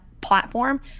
platform